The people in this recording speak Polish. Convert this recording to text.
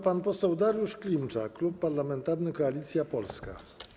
Pan poseł Dariusz Klimczak, Klub Parlamentarny Koalicja Polska.